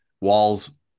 walls